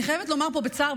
אני חייבת לומר פה בצער,